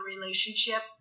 relationship